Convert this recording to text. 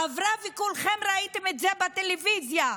עברה, וכולכם ראיתם את זה בטלוויזיה: